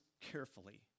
carefully